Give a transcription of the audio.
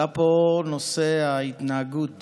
עלה פה נושא ההתנהגות